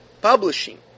Publishing